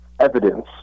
evidence